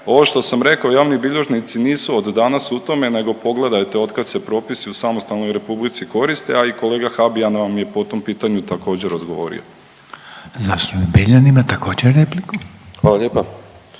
ovo što sam reko javni bilježnici nisu od danas u tome nego pogledajte od kad se propisi u samostalnoj RH koriste, a i kolega Habijan vam je po tom pitanju također odgovorio. **Reiner, Željko (HDZ)**